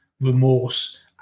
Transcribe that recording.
remorse